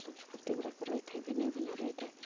ସଂସ୍କୃତି ଗୁଡ଼ାକ ରହିଥାଏ ଭିନ୍ନ ଭିନ୍ନ ରହିଥାଏ